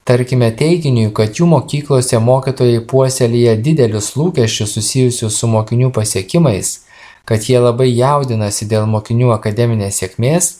tarkime teiginiui kad jų mokyklose mokytojai puoselėja didelius lūkesčius susijusius su mokinių pasiekimais kad jie labai jaudinasi dėl mokinių akademinės sėkmės